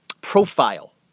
profile